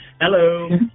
hello